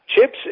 chips